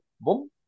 boom